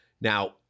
Now